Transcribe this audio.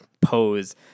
pose